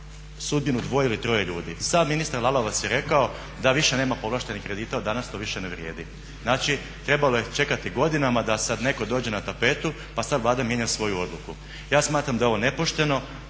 sudbinu dvoje ili troje ljudi? Sam ministar Lalovac je rekao da više nema povlaštenih kredita a danas to više ne vrijedi. Znači trebalo je čekati godinama da sad netko dođe na tapetu pa sada Vlada mijenja svoju odluku. Ja smatram da je ovo nepošteno,